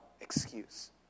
excuse